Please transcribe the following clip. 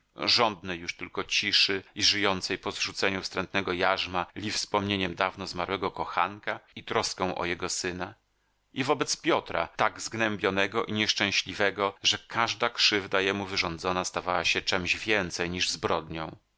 żądnej już tylko ciszy i żyjącej po zrzuceniu wstrętnego jarzma li wspomnieniem dawno zmarłego kochanka i troską o jego syna i wobec piotra tak zgnębionego i nieszczęśliwego że każda krzywda jemu wyrządzona stawała się czemś więcej niż zbrodnią